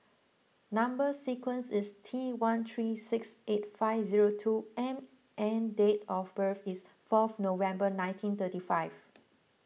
Number Sequence is T one three six eight five zero two M and date of birth is fourth November nineteen thirty five